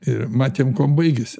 ir matėm kuom baigėsi